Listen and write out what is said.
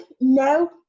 No